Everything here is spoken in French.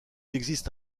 existe